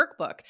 workbook